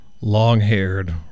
long-haired